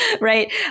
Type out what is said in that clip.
right